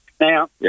Now